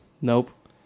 nope